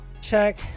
check